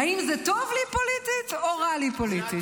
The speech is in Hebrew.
האם זה טוב לי פוליטית או רע לי פוליטית?